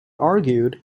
argued